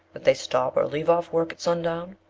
that they stop or leave off work at sundown?